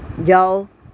ਜਾਓ